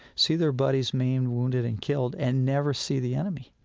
see their buddies maimed, wounded and killed and never see the enemy.